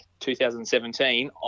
2017